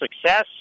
success